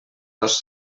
dos